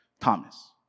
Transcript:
Thomas